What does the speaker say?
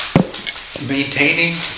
maintaining